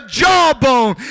jawbone